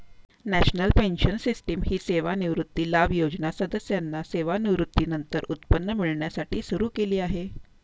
national pension system ही सेवानिवृत्ती लाभ योजना सदस्यांना सेवानिवृत्तीनंतर उत्पन्न मिळण्यासाठी सुरू केली आहे